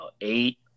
eight